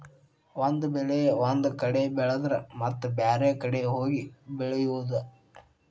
ಒಂದ ಬೆಳೆ ಒಂದ ಕಡೆ ಬೆಳೆದರ ಮತ್ತ ಬ್ಯಾರೆ ಕಡೆ ಹೋಗಿ ಬೆಳಿಯುದ